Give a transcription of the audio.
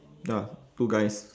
ya two guys